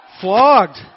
flogged